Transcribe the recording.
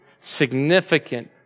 significant